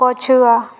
ପଛୁଆ